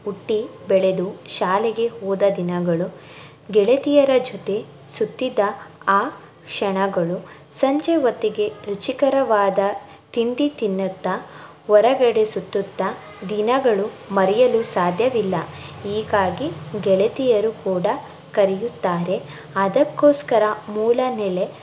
ಹುಟ್ಟಿ ಬೆಳೆದು ಶಾಲೆಗೆ ಹೋದ ದಿನಗಳು ಗೆಳತಿಯರ ಜೊತೆ ಸುತ್ತಿದ ಆ ಕ್ಷಣಗಳು ಸಂಜೆ ಹೊತ್ತಿಗೆ ರುಚಿಕರವಾದ ತಿಂಡಿ ತಿನ್ನುತ್ತಾ ಹೊರಗಡೆ ಸುತ್ತುತ್ತಾ ದಿನಗಳು ಮರೆಯಲು ಸಾಧ್ಯವಿಲ್ಲ ಹೀಗಾಗಿ ಗೆಳತಿಯರು ಕೂಡ ಕರೆಯುತ್ತಾರೆ ಅದಕ್ಕೋಸ್ಕರ ಮೂಲ ನೆಲೆ